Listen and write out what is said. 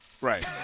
right